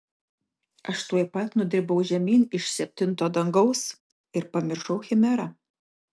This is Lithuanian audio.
aš tuoj pat nudribau žemyn iš septinto dangaus ir pamiršau chimerą